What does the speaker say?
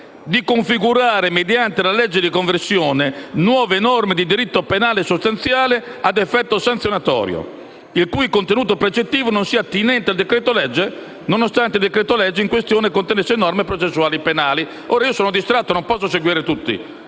di configurare, mediante una legge di conversione, nuove norme di diritto penale sostanziale ad effetto sanzionatorio il cui contenuto precettivo non sia attinente al decreto-legge, nonostante il decreto-legge in questione contenesse norme processuali penali. Ora, io mi sono distratto perché non posso seguire tutto: